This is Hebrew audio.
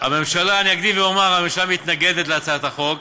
אני אקדים ואומר: הממשלה מתנגדת להצעת החוק,